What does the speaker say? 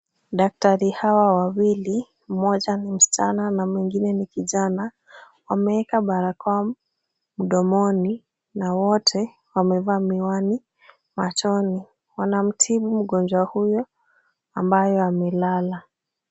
Daktari hawa wawili mmoja ni msichana na mwingine ni kijana wameeka barakoa mdomoni na wote wamevaa miwani machoni, wanamtibu mgonjwa huyo ambaye amelala.